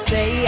Say